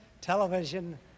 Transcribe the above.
television